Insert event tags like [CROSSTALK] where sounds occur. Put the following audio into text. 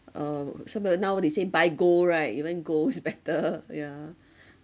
oh so but uh now they say buy gold right even gold's [LAUGHS] better [LAUGHS] yeah